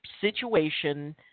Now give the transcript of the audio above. situation